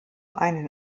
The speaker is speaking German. einen